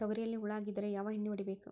ತೊಗರಿಯಲ್ಲಿ ಹುಳ ಆಗಿದ್ದರೆ ಯಾವ ಎಣ್ಣೆ ಹೊಡಿಬೇಕು?